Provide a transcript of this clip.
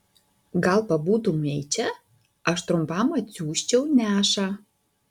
gal pabūtumei čia aš trumpam atsiųsčiau nešą